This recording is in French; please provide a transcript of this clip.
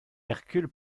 hercule